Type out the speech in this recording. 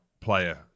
player